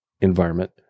environment